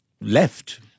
left